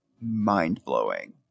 mind-blowing